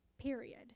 period